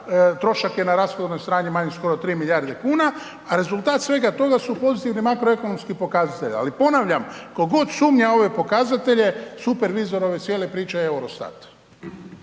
trošak je na rashodovnoj strani manji skoro 3 milijarde kuna a rezultat svega toga su pozitivni makroekonomski pokazatelji. Ali ponavljam, tko god sumnja u ove pokazatelje supervizor ove cijele priče je Eurostat.